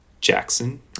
Jackson